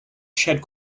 shed